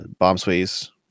Bombsway's